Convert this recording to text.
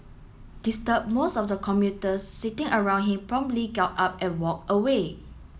disturbed most of the commuters sitting around him promptly got up and walked away